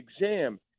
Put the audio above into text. Exam